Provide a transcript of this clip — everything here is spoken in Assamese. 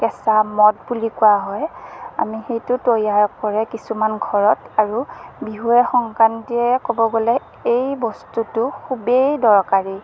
কেঁচা মদ বুলি কোৱা হয় আমি সেইটো তৈয়াৰ কৰে কিছুমান ঘৰত আৰু বিহুৱে সংক্ৰান্তিয়ে ক'ব গ'লে এই বস্তুটো খুবেই দৰকাৰী